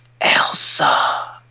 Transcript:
Elsa